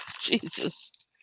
Jesus